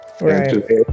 Right